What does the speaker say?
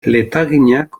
letaginak